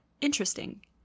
interesting